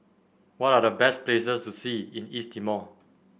what are the best places to see in East Timor